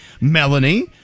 Melanie